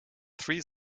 three